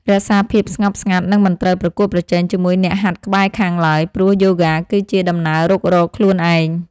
រក្សាភាពស្ងប់ស្ងាត់ និងមិនត្រូវប្រកួតប្រជែងជាមួយអ្នកហាត់ក្បែរខាងឡើយ ព្រោះយូហ្គាគឺជាដំណើររុករកខ្លួនឯង។